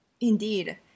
Indeed